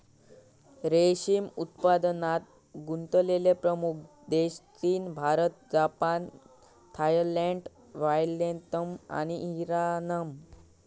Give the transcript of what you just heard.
रेशीम उत्पादनात गुंतलेले प्रमुख देश चीन, भारत, जपान, थायलंड, व्हिएतनाम आणि इराण हत